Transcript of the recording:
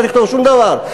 אל תכתוב שום דבר,